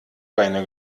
beine